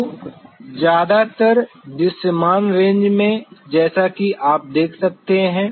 तो ज्यादातर दृश्यमान रेंज में जैसा कि आप देख सकते हैं